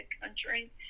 country